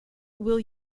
will